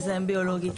מזהם ביולוגי.